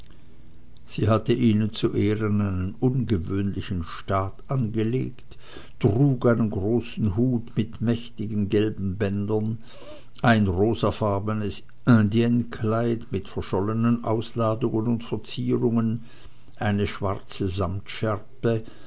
sie hatte ihnen zu ehren einen ungewöhnlichen staat angelegt trug einen großen hut mit mächtigen gelben bändern ein rosafarbenes indiennekleid mit verschollenen ausladungen und verzierungen eine schwarze